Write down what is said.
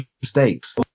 mistakes